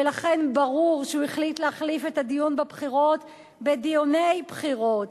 ולכן ברור שהוא החליט להחליף את הדיון בבחירות בדיוני בחירות,